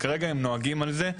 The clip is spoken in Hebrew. כרגע הם נוהגים על זה.